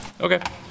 Okay